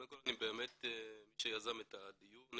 קודם כל מי שיזם את הדיון,